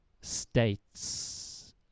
states